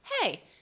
Hey